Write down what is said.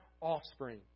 offspring